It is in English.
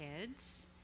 kids